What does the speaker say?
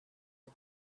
had